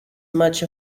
much